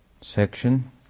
section